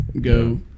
go